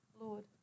Lord